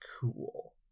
cool